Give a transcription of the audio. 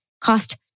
cost